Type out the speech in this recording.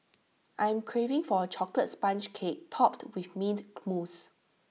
I am craving for A Chocolate Sponge Cake Topped with Mint Mousse